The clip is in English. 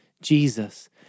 Jesus